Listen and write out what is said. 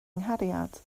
nghariad